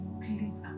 please